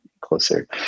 closer